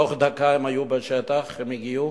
בתוך דקה הם היו בשטח, הם הגיעו.